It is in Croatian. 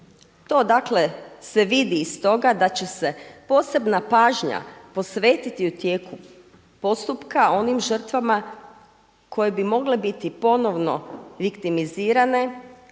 To dakle se vidi iz toga da će se posebna pažnja posvetiti u tijeku postupka onim žrtvama koje bi mogle biti ponovno viktimizirane